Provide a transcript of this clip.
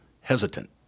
hesitant